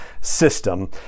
system